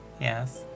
Yes